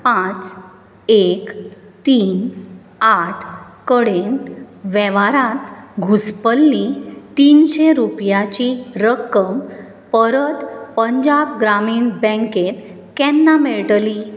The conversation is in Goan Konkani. पांच एक तीन आठ कडेन वेव्हारांत घुसपल्ली तिनशी रुपयांची रक्कम परत पंजाब ग्रामीण बँकेंत केन्ना मेळटली